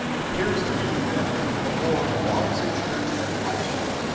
it pears to me that ef the lord wants a church at white oak,